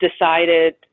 decided